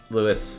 Lewis